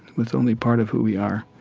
with only part of who we are,